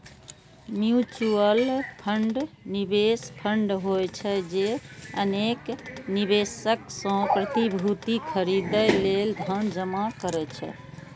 mutual fund निवेश fund होइ छै, जे अनेक निवेशक सं प्रतिभूति खरीदै लेल धन जमा करै छै